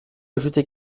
ajouter